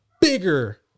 bigger